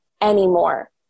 anymore